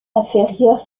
inférieures